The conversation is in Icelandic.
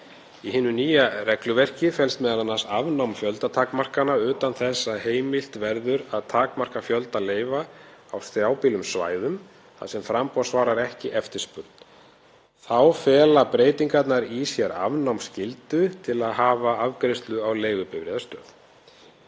„Í hinu nýja regluverki felst meðal annars afnám fjöldatakmarkana utan þess að heimilt verður að takmarka fjölda leyfa á strjálbýlum svæðum þar sem framboð svarar ekki eftirspurn. Þá fela breytingarnar í sér afnám skyldu til að hafa afgreiðslu á leigubifreiðastöð.“